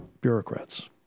bureaucrats